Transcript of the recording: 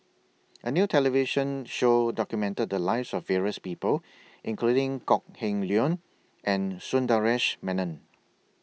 A New television Show documented The Lives of various People including Kok Heng Leun and Sundaresh Menon